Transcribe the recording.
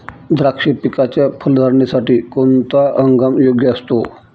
द्राक्ष पिकाच्या फलधारणेसाठी कोणता हंगाम योग्य असतो?